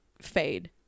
fade